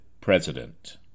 president